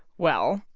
well,